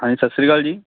ਹਾਂਜੀ ਸਤਿ ਸ਼੍ਰੀ ਅਕਾਲ ਜੀ